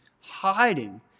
hiding